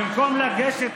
בקושאנים